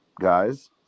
guys